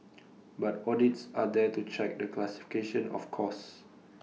but audits are there to check the classification of costs